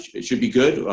it should be good.